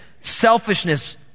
selfishness